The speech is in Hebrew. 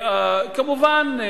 כמובן,